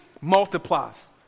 multiplies